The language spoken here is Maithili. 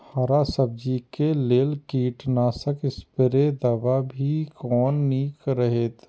हरा सब्जी के लेल कीट नाशक स्प्रै दवा भी कोन नीक रहैत?